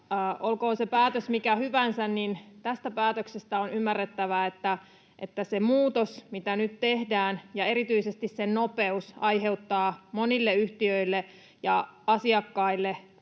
Olkoon se päätös mikä hyvänsä, tästä päätöksestä on ymmärrettävä, että se muutos, mitä nyt tehdään, ja erityisesti sen nopeus, aiheuttaa monille yhtiöille ja asiakkaille,